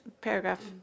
paragraph